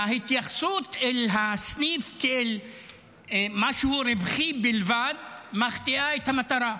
ההתייחסות אל הסניף כמשהו רווחי בלבד מחטיאה את המטרה.